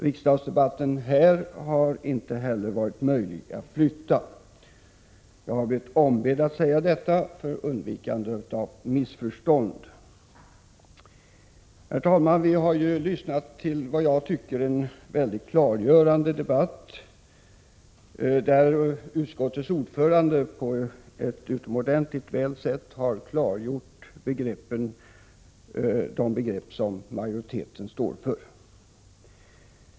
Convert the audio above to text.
Riksdagsdebatten här har inte heller varit möjlig att flytta. Jag har blivit ombedd att säga detta för undvikande av missförstånd. Herr talman! Vi har lyssnat till en vad jag tycker klargörande debatt, där utskottets ordförande utomordentligt väl har förklarat vad majoriteten står för.